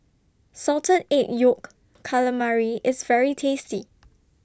Salted Egg Yolk Calamari IS very tasty